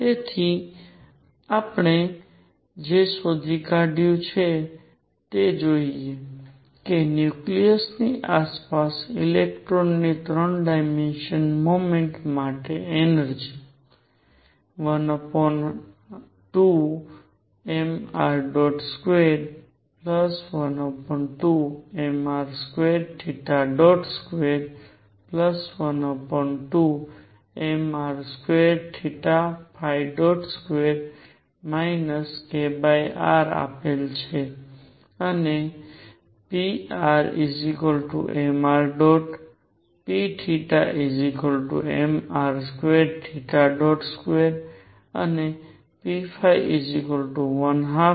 તેથી આપણે જે શોધી કાઢ્યું છે તે જોઈએ કે ન્યુક્લિયસની આસપાસ ઇલેક્ટ્રોનની 3 ડાયમેન્શનલ મોમેન્ટ માટે એનર્જિ 12mr212mr2212mr22 kr આપેલ છે અને prmr pmr22 અને p12mr22